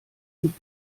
und